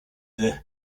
the